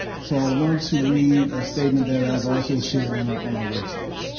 so ah want to read a statement that i've also shared on our on our website.